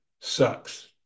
sucks